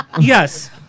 yes